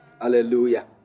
Hallelujah